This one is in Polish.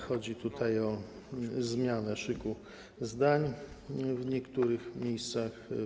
Chodzi tutaj o zmianę szyku zdań w niektórych miejscach.